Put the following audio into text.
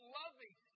loving